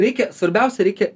reikia svarbiausia reikia